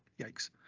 yikes